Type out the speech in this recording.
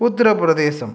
Uttar Pradesh